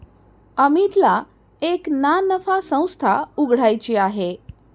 अमितला एक ना नफा संस्था उघड्याची आहे